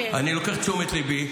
אני לוקח לתשומת ליבי.